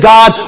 God